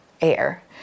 air